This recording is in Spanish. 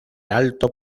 alto